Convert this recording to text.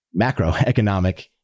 macroeconomic